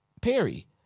Perry